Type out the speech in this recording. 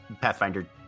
Pathfinder